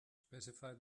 specify